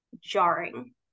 jarring